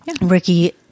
ricky